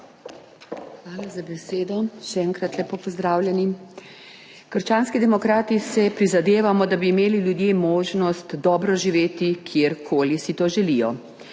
Hvala za besedo. Še enkrat lepo pozdravljeni. Krščanski demokrati si prizadevamo, da bi imeli ljudje možnost dobro živeti kjerkoli si to želijo,